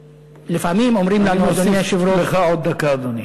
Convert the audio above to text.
לפעמים אומרים, אני מוסיף לך עוד דקה, אדוני.